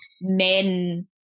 men